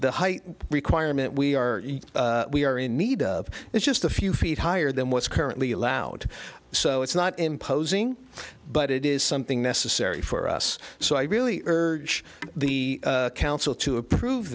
the height requirement we are we are in need of is just a few feet higher than what's currently allowed so it's not imposing but it is something necessary for us so i really urge the council to approve